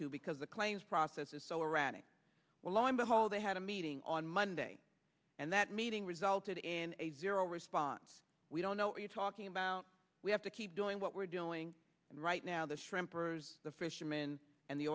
to because the claims process is so erratic well lo and behold they had a meeting on monday and that meeting resulted in a zero response we don't know what you're talking about we have to keep doing what we're doing and right now the shrimpers the fishermen and the